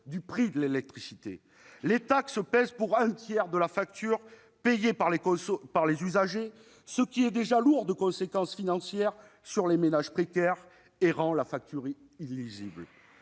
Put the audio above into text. du prix de l'électricité. Les taxes pèsent pour un tiers dans la facture payée par les usagers, ce qui est déjà lourd de conséquences financières pour les ménages précaires et rend la facture illisible.